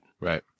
Right